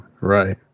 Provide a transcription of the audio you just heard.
right